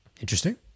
Interesting